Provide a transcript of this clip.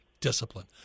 discipline